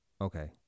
Okay